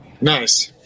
nice